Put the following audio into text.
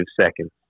seconds